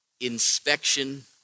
inspection